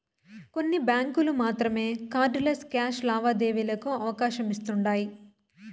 కొన్ని బ్యాంకులు మాత్రమే కార్డ్ లెస్ క్యాష్ లావాదేవీలకి అవకాశమిస్తుండాయ్